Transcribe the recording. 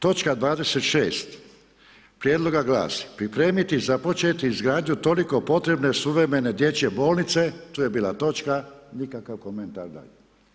Točka 26. prijedloga glasi, pripremiti i započeti izgradnju toliko potrebne suvremene dječje bolnice, tu je bila točka nikakva komentar dalje.